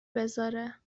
بزاره